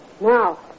Now